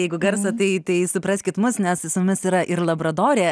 jeigu garsą tai tai supraskit mus nes su mumis yra ir labradorė